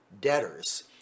debtors